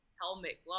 helmet